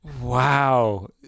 Wow